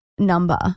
number